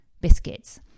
biscuits